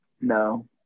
No